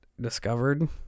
discovered